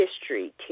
history